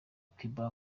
cuba